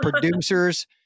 producers